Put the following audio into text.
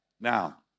Now